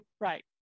Right